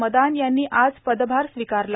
मदान यांनी आज पदभार स्वीकारला